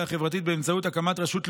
החברתית באמצעות הקמת רשות לאומית,